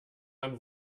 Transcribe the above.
dann